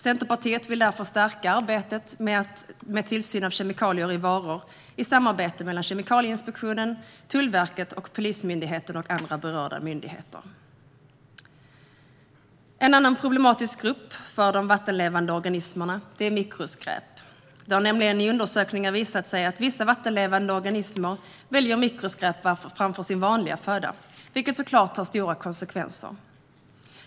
Centerpartiet vill därför stärka arbetet med tillsyn av kemikalier i varor i ett samarbete mellan Kemikalieinspektionen, Tullverket, Polismyndigheten och andra berörda myndigheter. En problematisk grupp för de vattenlevande organismerna är mikroskräp. Det har nämligen i undersökningar visat sig att vissa vattenlevande organismer väljer mikroskräp framför sin vanliga föda, vilket såklart får stora konsekvenser.